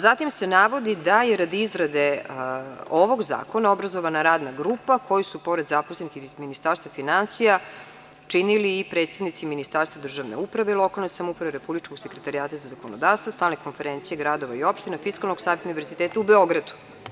Zatim se navodi da je radi izrade ovog zakona obrazovana radna grupa koju su pored zaposlenih iz Ministarstva finansija činili i predstavnici Ministarstva državne uprave i lokalne samouprave, Republičkog sekretarijata za zakonodavstvo, Stalne konferencije gradova i opština, Fiskalnog saveta, Univerziteta u Beogradu.